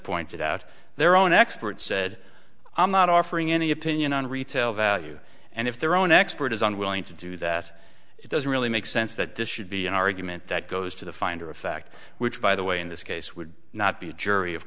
pointed out their own expert said i'm not offering any opinion on retail value and if their own expert is unwilling to do that it doesn't really make sense that this should be an argument that goes to the finder of fact which by the way in this case would not be a jury of